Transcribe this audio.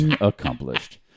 Accomplished